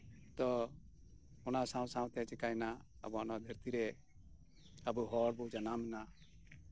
ᱛᱚ ᱚᱱᱟ ᱥᱟᱶ ᱥᱟᱶᱛᱮ ᱪᱤᱠᱟᱹᱭᱮᱱᱟ ᱟᱵᱚᱣᱟᱜ ᱫᱷᱟᱹᱨᱛᱤ ᱨᱮ ᱟᱵᱚ ᱦᱚᱲ ᱵᱚᱱ ᱡᱟᱱᱟᱢ ᱮᱱᱟ